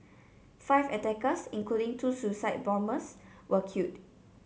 five attackers including two suicide bombers were killed